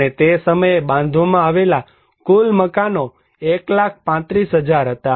અને તે સમયે બાંધવામાં આવેલા કુલ મકાનો 1 લાખ 35000 હતા